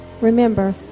Remember